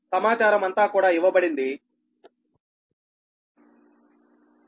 సమాచారం అంతా కూడా ఇవ్వబడింది అందువలన ZL p